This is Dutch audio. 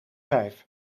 vijf